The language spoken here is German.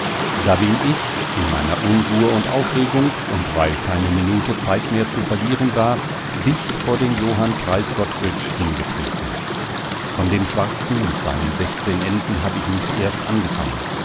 da bin ich in meiner unruhe und aufregung und weil keine minute zeit mehr zu verlieren war dicht vor den johann preisgott oetsch hingetreten von dem schwarzen mit seinen sechzehn enden hab ich nicht erst angefangen